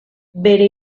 bere